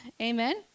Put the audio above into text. Amen